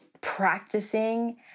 practicing